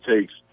takes